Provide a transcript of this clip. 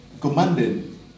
commanded